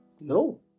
No